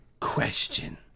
question